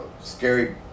scary